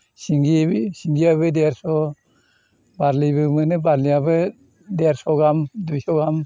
सिंगि सिंगियाबो देरस' बारलिबो मोनो बारलियाबो देरस' गाहाम दुइस' गाहाम